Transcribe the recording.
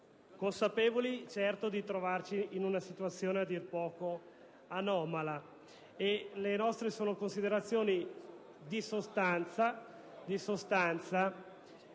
consapevoli, certo, di trovarci in una situazione a dir poco anomala. Le nostre sono considerazioni di sostanza, ben